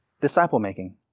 disciple-making